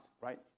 right